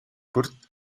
бүрд